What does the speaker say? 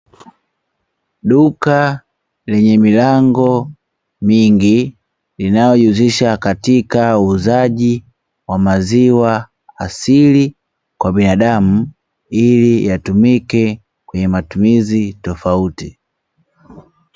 Duka lenye milango mingi linalojihusisha katika uuzaji wa maziwa asili kwa binadamu ili yatumike kwenye matumizi tofauti.